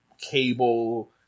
cable